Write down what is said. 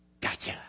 Gotcha